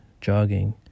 jogging